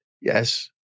Yes